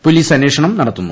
police അന്വേഷണം നടത്തുന്നു